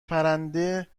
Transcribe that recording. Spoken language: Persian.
پرنده